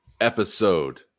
episode